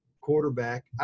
quarterback